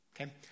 Okay